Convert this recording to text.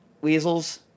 weasels